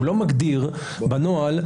הוא לא מגדיר בנוהל,